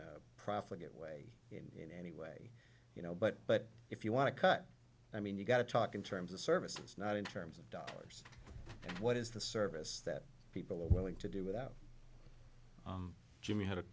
know profit way in in any way you know but but if you want to cut i mean you've got to talk in terms of services not in terms of dollars what is the service that people willing to do without jimmy h